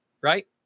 right